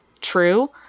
true